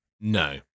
No